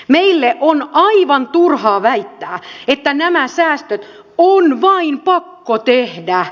meille on aivan turhaa väittää että nämä säästöt on vain pakko tehdä